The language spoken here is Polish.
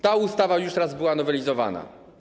Ta ustawa już raz była nowelizowana.